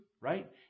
right